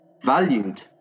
valued